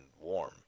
warm